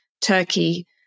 Turkey